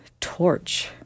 Torch